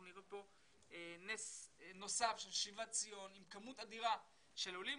נראה כאן נס נוסף של שיבת ציון עם מספר אדיר של עולים.